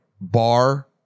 bar